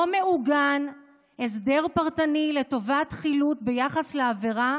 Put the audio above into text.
לא מעוגן הסדר פרטני לטובת חילוט ביחס לעבירה